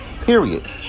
Period